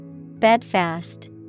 Bedfast